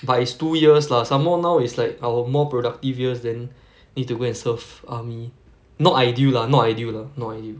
but it's two years lah some more now is like our more productive years then need to go and serve army not ideal lah not ideal lah not ideal